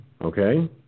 okay